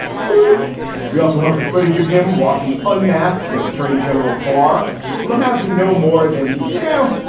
who we also hope the footage of him walking unmasked with attorney general barr will amount to no more than, you know,